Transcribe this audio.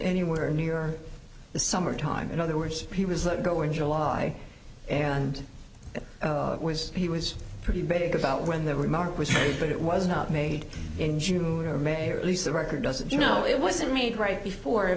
anywhere near the summer time in other words he was let go in july and it was he was pretty bitter about when the remark was made but it was not made in june or may or at least the record doesn't you know it wasn't made right before